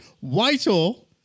Whitehall